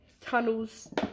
tunnels